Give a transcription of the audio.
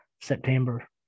september